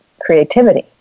creativity